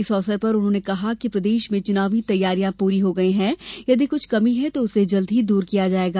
इस अवसर पर उन्होंने कहा कि प्रदेश में चुनावी तैयारियां पूरी हो गई हैं और यदि कुछ कमी है तो उसे जल्द ही दूर कर दिया जायेगा